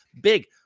big